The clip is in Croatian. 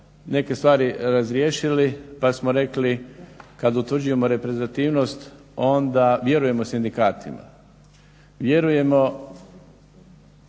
neke stvari razriješili, pa smo rekli kad utvrđujemo reprezentativnost onda vjerujemo sindikatima. Vjerujemo